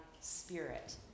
spirit